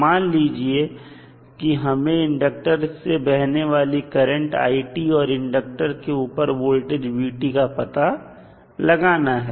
मान लीजिए कि हमें इंडक्टर से बहने वाली करंट i और इंडक्टर के ऊपर वोल्टेज v का पता लगाना है